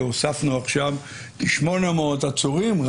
הוספנו עכשיו כ-800 עצורים,